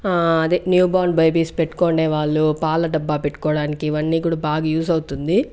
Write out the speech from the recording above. అదే newborn babies పెట్టుకొండేవాళ్ళు పాల డబ్బా పెట్టుకోవడానికి ఇవన్నీ కూడా బాగా యూజ్ అవుతుంది